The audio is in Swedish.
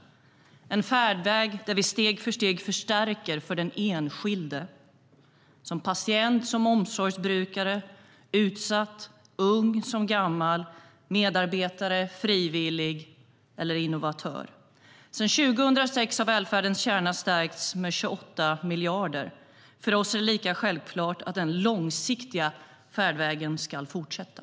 Det är en färdväg där vi steg för steg förstärker för den enskilde - som patient, som omsorgsbrukare, som utsatt, som ung eller gammal, som medarbetare, som frivillig eller som innovatör. Sedan 2006 har välfärdens kärna stärkts med 28 miljarder. För oss är det lika självklart att den långsiktiga färdvägen ska fortsätta.